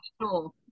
sure